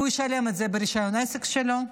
הוא ישלם על זה ברישיון העסק שלו.